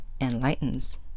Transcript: enlightens